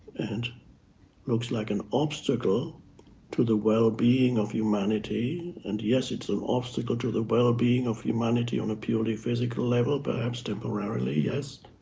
and looks like an obstacle to the well-being of humanity. and, yes, it's an obstacle to the well-being of humanity on a purely physical level, perhaps temporarily, yes.